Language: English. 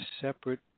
separate